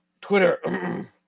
Twitter